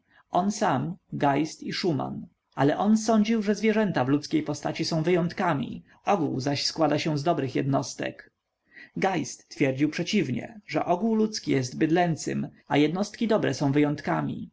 on sam geist i szuman ale on sądził że zwierzęta w ludzkiej postaci są wyjątkami ogół zaś składa się z dobrych jednostek geist twierdził przeciwnie że ogół ludzki jest bydlęcym a jednostki dobre są wyjątkami